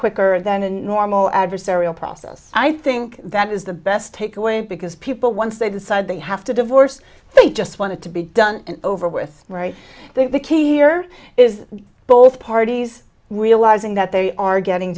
quicker than a normal adversarial process i think that is the best take away because people once they decide they have to divorce they just wanted to be done and over with right there the key here is both parties realizing that they are getting